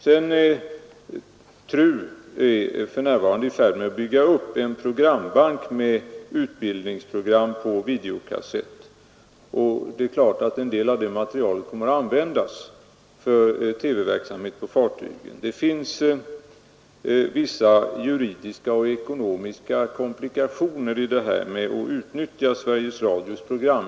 TRU är för närvarande i färd med att bygga upp en programbank med utbildningsprogram på videokassetter. Det är klart att en del av materialet kommer att användas för TV-verksamhet på fartyg. Det finns vissa juridiska och ekonomiska komplikationer när det gäller möjligheterna att utnyttja Sveriges Radios program.